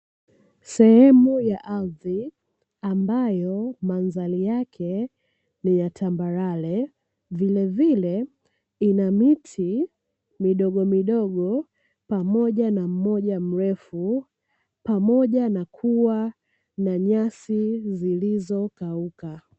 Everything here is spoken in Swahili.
Sehemu ya ardhi ambayo mandhari yake ni ya tambarare, vilevile ina miti midogomidogo pamoja na mmoja mrefu, pamoja na kuwa na nyasi zilizokauka.